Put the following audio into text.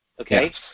okay